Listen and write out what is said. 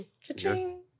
Cha-ching